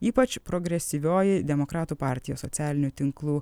ypač progresyvioji demokratų partijos socialinių tinklų